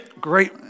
Great